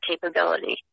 capability